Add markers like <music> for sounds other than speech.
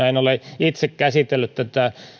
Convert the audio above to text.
<unintelligible> en ole itse käsitellyt tätä